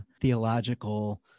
theological